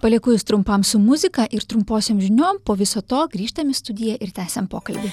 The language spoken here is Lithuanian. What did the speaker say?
palieku jus trumpam su muzika ir trumposiom žiniom po viso to grįžtam į studiją ir tęsiam pokalbį